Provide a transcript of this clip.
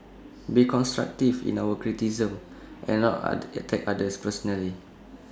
be constructive in our criticisms and not are attack others personally